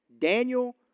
Daniel